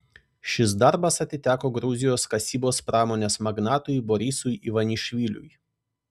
šis darbas atiteko gruzijos kasybos pramonės magnatui borisui ivanišviliui